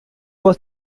was